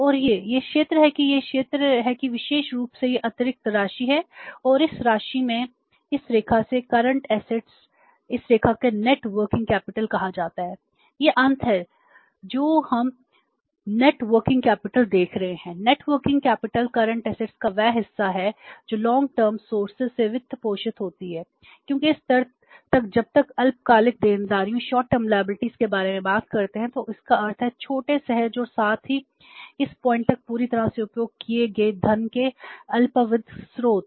और यह यह क्षेत्र है कि यह क्षेत्र है कि विशेष रूप से यह अतिरिक्त राशि है और इस क्षेत्र में इस रेखा से करंट असे ट्स के बारे में बात करते हैं तो इसका अर्थ है छोटे सहज और साथ ही इस बिंदु तक पूरी तरह से उपयोग किए गए धन के अल्पावधि स्रोत